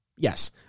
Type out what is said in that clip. Yes